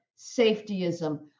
safetyism